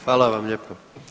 Hvala vam lijepo.